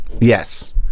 Yes